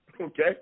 okay